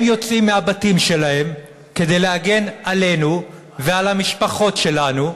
הם יוצאים מהבתים שלהם כדי להגן עלינו ועל המשפחות שלנו,